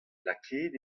lakaet